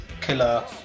killer